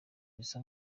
bisa